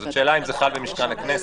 זאת שאלה אם זה חל במשכן הכנסת.